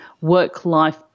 work-life